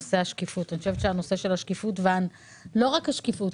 בנושא השקיפות, ולא רק השקיפות.